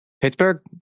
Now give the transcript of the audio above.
Pittsburgh